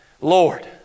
Lord